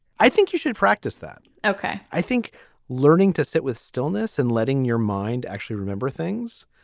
i think you should practice that. ok i think learning to sit with stillness and letting your mind actually remember things.